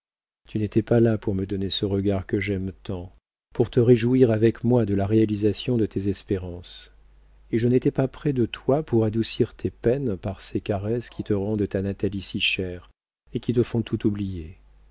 tu n'étais pas là pour me donner ce regard que j'aime tant pour te réjouir avec moi de la réalisation de tes espérances et je n'étais pas près de toi pour adoucir tes peines par ces caresses qui te rendent ta natalie si chère et qui te font tout oublier